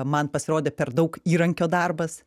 man pasirodė per daug įrankio darbas